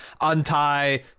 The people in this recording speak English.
untie